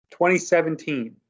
2017